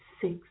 six